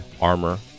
armor